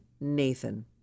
Nathan